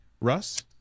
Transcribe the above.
Russ